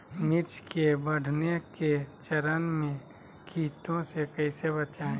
मिर्च के बढ़ने के चरण में कीटों से कैसे बचये?